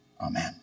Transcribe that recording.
Amen